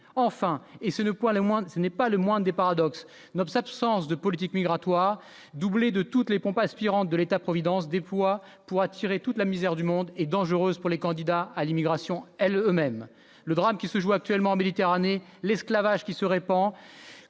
moindre ce n'est pas le moins des paradoxes nobs, absence de politique migratoire doublé de toutes les pompes aspirantes de l'État-providence déploie pour attirer toute la misère du monde et dangereuse pour les candidats à l'immigration est le même : le drame qui se joue actuellement en Méditerranée l'esclavage qui se répand